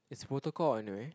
it's protocol anyway